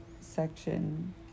section